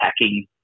attacking –